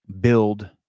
build